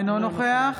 אינו נוכח